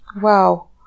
Wow